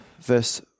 verse